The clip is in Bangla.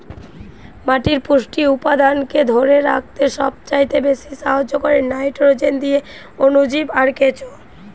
মাটির পুষ্টি উপাদানকে ধোরে রাখতে সবচাইতে বেশী সাহায্য কোরে নাইট্রোজেন দিয়ে অণুজীব আর কেঁচো